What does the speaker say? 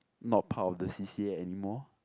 not part of the C_C_A anymore